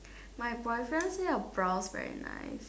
my boyfriend say your blouse very nice